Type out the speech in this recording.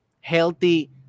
healthy